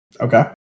Okay